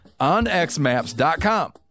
onxmaps.com